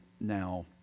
now